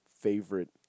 favorite